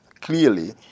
clearly